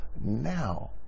now